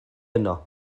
yno